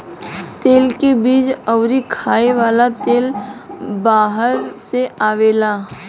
तेल के बीज अउरी खाए वाला तेल बाहर से आवेला